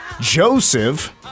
Joseph